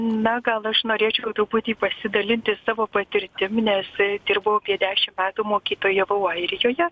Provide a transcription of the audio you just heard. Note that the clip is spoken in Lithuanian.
na gal aš norėčiau truputį pasidalinti savo patirtimi nes dirbau apie dešimt metų mokytojavau airijoje